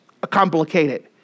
complicated